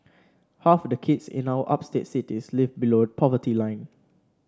half the kids in our upstate cities live below the poverty line